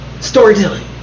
storytelling